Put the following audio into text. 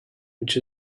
which